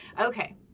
Okay